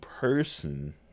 person